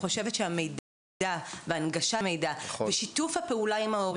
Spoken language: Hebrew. אני חושבת שהמידע והנגשת המידע ושיתוף הפעולה עם ההורים,